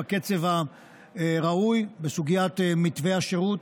בקצב הראוי בסוגיית מתווה השירות,